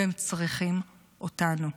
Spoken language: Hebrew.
והם צריכים אותנו.